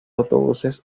autobuses